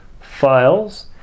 Files